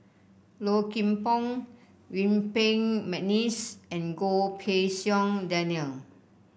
Low Kim Pong Yuen Peng McNeice and Goh Pei Siong Daniel